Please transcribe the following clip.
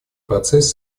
процесс